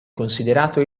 considerato